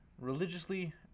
religiously